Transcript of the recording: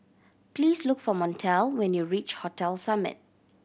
please look for Montel when you reach Hotel Summit